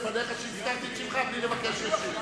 על שהזכרתי את שמך בלי לבקש רשות.